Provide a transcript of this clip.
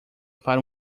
para